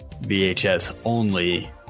VHS-only